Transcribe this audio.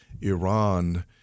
Iran—